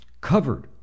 covered